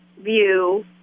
view